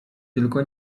tylko